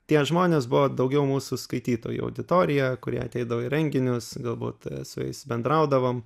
tie žmonės buvo daugiau mūsų skaitytojai auditorija kuri ateidavo į renginius galbūt su jais bendraudavom